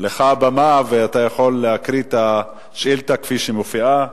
לך הבמה ואתה יכול להקריא את השאילתא כפי שמופיעה.